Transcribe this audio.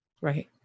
right